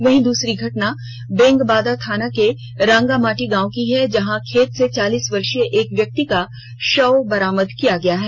वहीं दूसरी घटना बेंगाबाद थाना के रंगामाटी गांव की है जहां खेत से चालीस वर्षीय एक व्यक्ति का शव बरामद किया गया है